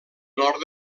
nord